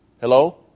Hello